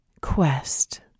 quest